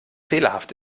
fehlerhaft